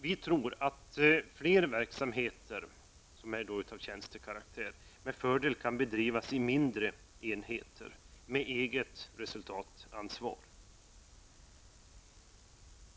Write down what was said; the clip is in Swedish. Vi tror att fler verksamheter av tjänstekaraktär kan bedrivas i mindre enheter med eget resultatansvar.